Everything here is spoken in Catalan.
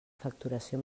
facturació